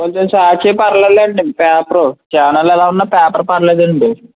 కొంచం సాక్షి పర్లేదు లేండి పేపరు ఛానల్ ఎలా ఉన్నా పేపర్ పర్లేదండి